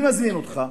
אני מזמין אותך.